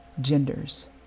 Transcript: genders